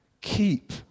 Keep